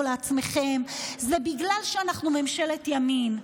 לעצמכם: זה בגלל שאנחנו ממשלת ימין.